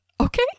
Okay